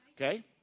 Okay